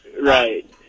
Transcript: Right